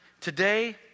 today